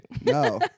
No